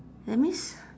that means